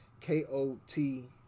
K-O-T